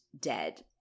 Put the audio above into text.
dead